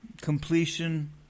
completion